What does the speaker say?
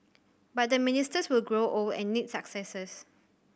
but the ministers will grow old and need successors